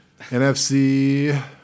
NFC